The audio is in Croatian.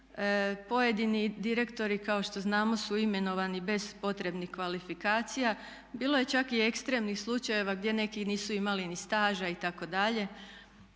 pojedini direktori kao što znamo su imenovani bez potrebnih kvalifikacija. Bilo je čak i ekstremnih slučajeva gdje neki nisu imali ni staža itd.